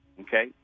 Okay